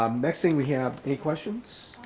um next thing we have any questions?